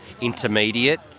intermediate